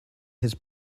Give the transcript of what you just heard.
his